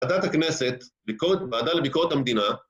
ועדת הכנסת, ועדה לביקורת המדינה